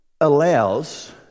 allows